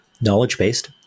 knowledge-based